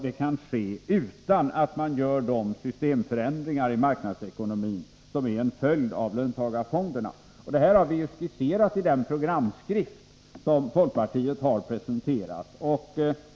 Det kan ske utan att man gör de systemförändringar i marknadsekonomin som är en följd av löntagarfonderna. Det här har vi skisserat i den programskrift som folkpartiet har presenterat.